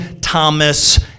Thomas